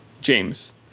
James